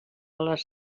les